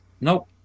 nope